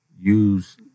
use